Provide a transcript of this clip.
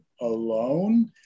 alone